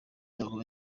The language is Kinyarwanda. yabo